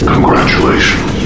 Congratulations